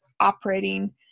operating